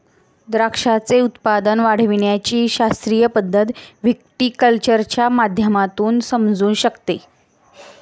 द्राक्षाचे उत्पादन वाढविण्याची शास्त्रीय पद्धत व्हिटीकल्चरच्या माध्यमातून समजू शकते